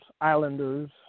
Islanders